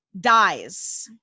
dies